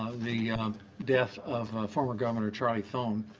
the death of former governor charlie thone,